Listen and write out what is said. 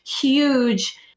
huge